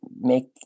make